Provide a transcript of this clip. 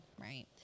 right